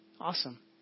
Awesome